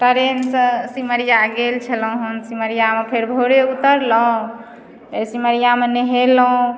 train सँ सिमरिया गेल छलहुँ हन सिमरियामे फेर भोरे उतरलहुँ सिमरियामे नहेलहुँ